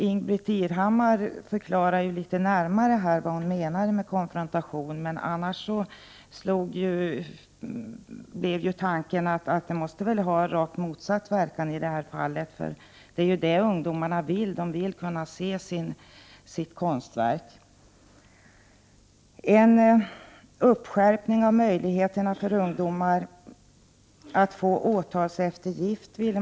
Ingbritt Irhammar förklarade ju här litet närmare vad hon menar med konfrontation, men annars slog mig tanken att detta måste få rakt motsatt verkan i det här fallet. Vad ungdomarna vill är ju just att kunna se sitt konstverk. Man ville få till stånd en skärpning av möjligheterna för ungdomar att få åtalseftergift.